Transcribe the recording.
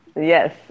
Yes